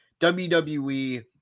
wwe